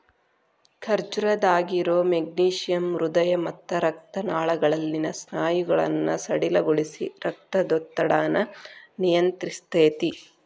ಖರ್ಜೂರದಾಗಿರೋ magnesium ಹೃದಯ ಮತ್ತ ರಕ್ತನಾಳಗಳಲ್ಲಿನ ಸ್ನಾಯುಗಳನ್ನ ಸಡಿಲಗೊಳಿಸಿ, ರಕ್ತದೊತ್ತಡನ ನಿಯಂತ್ರಸ್ತೆತಿ